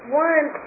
one